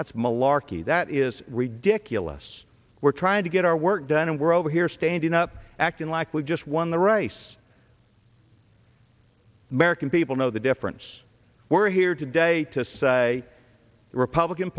that's malarkey that is ridiculous we're trying to get our work done and we're over here standing up acting like we just won the race american people know the difference we're here today to say the republican